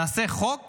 נעשה חוק